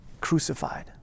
crucified